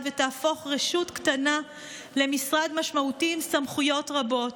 ותהפוך רשות קטנה למשרד משמעותי עם סמכויות רבות.